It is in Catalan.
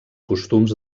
costums